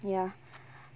ya